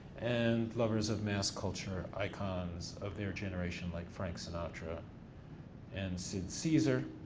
and lovers of mass culture icons of their generation, like frank sinatra and sid caesar.